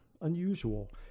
unusual